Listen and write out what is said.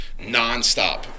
nonstop